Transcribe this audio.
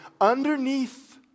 underneath